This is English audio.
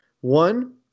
One